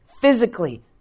Physically